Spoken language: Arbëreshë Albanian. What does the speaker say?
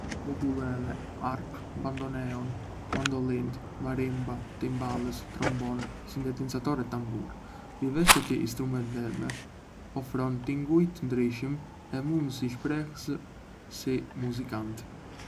Ukulele, harpë, bandoneón, mandolindë, marimba, timbales, trombon, sintetizator e tambur. Diversiteti i instrumenteve ofron tinguj të ndryshëm e mundësi shprehëse për muzikantët.